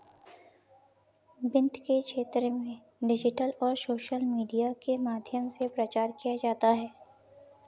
वित्त के क्षेत्र में डिजिटल और सोशल मीडिया के माध्यम से प्रचार किया जाता है